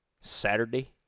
Saturday